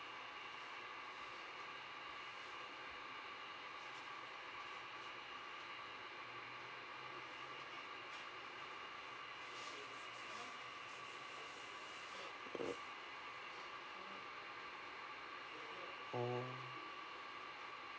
oh